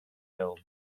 film